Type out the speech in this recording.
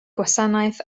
gwasanaeth